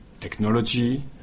technology